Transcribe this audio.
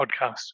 podcast